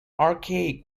archaic